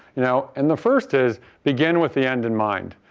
you know and, the first is begin with the end in mind.